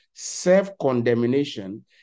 Self-condemnation